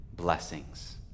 blessings